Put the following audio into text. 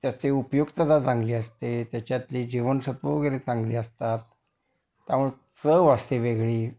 त्याचे उपयुक्तता चांगली असते त्याच्यातली जीवनसत्व वगैरे चांगली असतात त्यामुळे चव असते वेगळी